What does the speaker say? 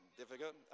difficult